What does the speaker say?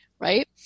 right